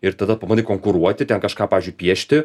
ir tada pabandai konkuruoti ten kažką pavyzdžiui piešti